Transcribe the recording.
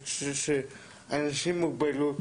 אני חושב שאנשים עם מוגבלות,